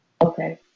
Okay